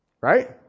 Right